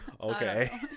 Okay